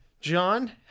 John